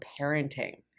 Parenting